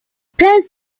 spends